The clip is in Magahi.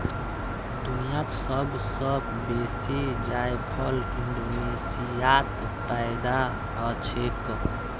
दुनियात सब स बेसी जायफल इंडोनेशियात पैदा हछेक